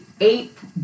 eighth